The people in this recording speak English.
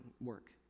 work